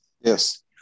Yes